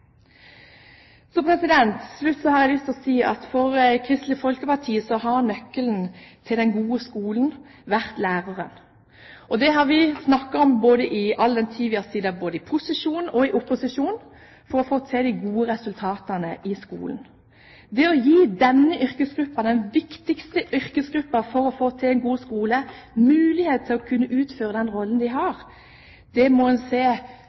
slutt har jeg lyst til å si at for Kristelig Folkeparti har nøkkelen til den gode skolen vært læreren. Det har vi snakket om i all den tid vi har sittet både i posisjon og i opposisjon, for å få til de gode resultatene i skolen. Det å gi denne yrkesgruppen, den viktigste yrkesgruppen for å få til en god skole, mulighet til å kunne utføre den rollen den har, må en se